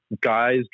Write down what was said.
guys